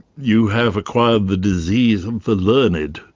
you have acquired the disease of the learned,